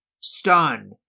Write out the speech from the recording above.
stun